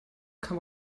kann